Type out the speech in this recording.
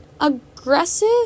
aggressive